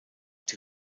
die